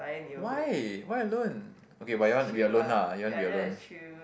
why why alone okay but you want to be alone lah you want to be alone